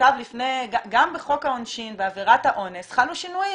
שנכתב לפני- גם בחוק העונשין בעבירת האונס חלו שינויים.